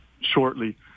shortly